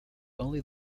only